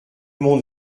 monde